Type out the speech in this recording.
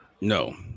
No